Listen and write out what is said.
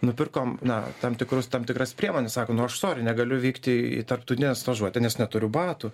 nupirkom na tam tikrus tam tikras priemones sako nu aš sorry negaliu vykti į tarptautinę stažuotę nes neturiu batų